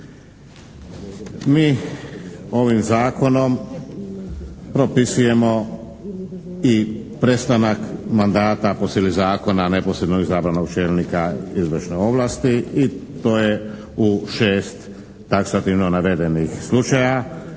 Mi ovim Zakonom propisujemo i prestanak mandata po sili zakona neposredno izabranog čelnika izvršne ovlasti i to je u 6 taksativno navedenih slučaja.